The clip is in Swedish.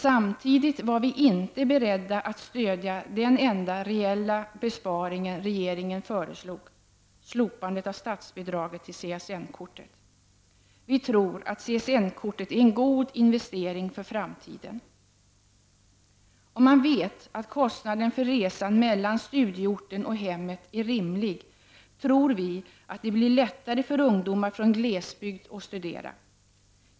Samtidigt var vi inte beredda att stödja den enda reella besparing regeringen föreslog — slopandet av statsbidraget till CSN-kortet. Vi tror att CSN-kortet är en god investering för framtiden. Om kostnaden för resan mellan studieorten och hemmet är rimlig blir det lättare för ungdomar från glesbygd att studera.